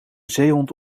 zeehond